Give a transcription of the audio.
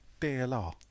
DLR